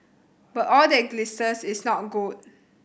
but all that glisters is not gold